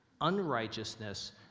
unrighteousness